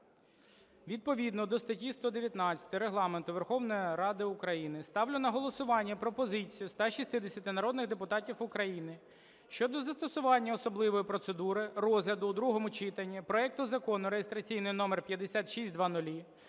Відповідно до статті 119 Регламенту Верховної Ради України ставлю на голосування пропозицію 160 народних депутатів України щодо застосування особливої процедури розгляду у другому читанні проекту Закону (реєстраційний номер 5600)